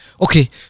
Okay